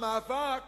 כל מאבק